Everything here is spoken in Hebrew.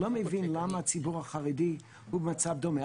אני לא מבין למה הציבור החרדי הוא במצב דומה.